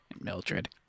Mildred